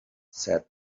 said